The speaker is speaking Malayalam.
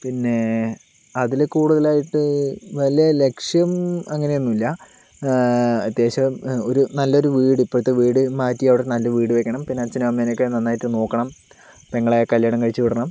പിന്നേ അതിൽ കൂടുതലായിട്ട് വലിയ ലക്ഷ്യം അങ്ങനെയൊന്നുമില്ല അത്യാവശ്യം ഒരു നല്ലൊരു വീട് ഇപ്പോഴത്തെ വീട് മാറ്റി അവിടെ നല്ല വീട് വയ്ക്കണം പിന്നെ അച്ഛനേയും അമ്മയേയും ഒക്കെ നന്നായിട്ട് നോക്കണം പെങ്ങളെ കല്യാണം കഴിച്ചു വിടണം